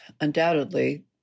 undoubtedly